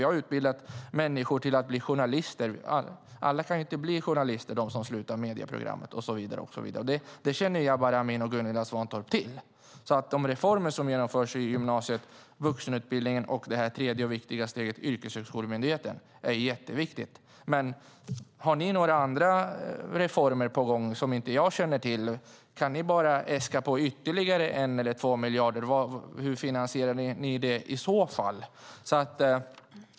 Vi har utbildat människor till att bli journalister. Alla de som slutar medieprogrammet kan inte bli journalister och så vidare. Det känner Jabar Amin och Gunilla Svantorp till. Det reformer som genomförs i gymnasiet, vuxenutbildningen och det tredje och viktiga steget yrkeshögskolemyndigheten är mycket viktiga. Har ni några andra reformer på gång som inte jag känner till? Kan ni bara äska ytterligare 1 eller 2 miljarder? Hur finansierar ni det i så fall?